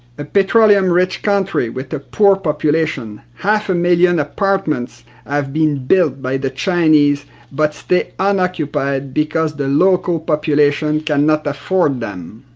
a petroleum-rich country with a poor population, half a million apartments have been built by the chinese but stay unoccupied because the local population cannot afford them.